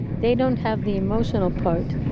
they don't have the emotional part.